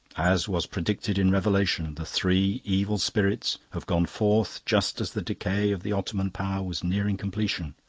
as was predicted in revelation, the three evil spirits have gone forth just as the decay of the ottoman power was nearing completion,